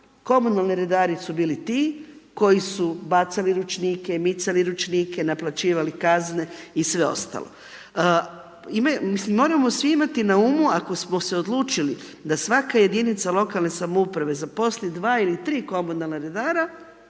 komunalni redari su bili ti koji su bacali ručnike, micali ručnike, naplaćivali kazne i sve ostalo. Mislim moramo svi imati na umu ako smo se odlučili da svaka jedinica lokalne samouprave zaposli 2 ili 3 komunalna redara